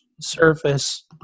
surface